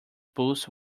pulse